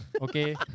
Okay